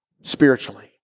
spiritually